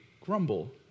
grumble